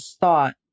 thought